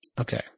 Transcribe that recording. Okay